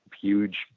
huge